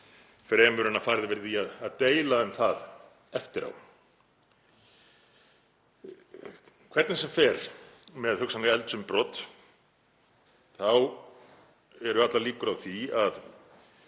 fremur en að farið verði í að deila um það eftir á. Hvernig sem fer með hugsanleg eldsumbrot eru allar líkur á því að